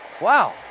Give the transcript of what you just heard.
Wow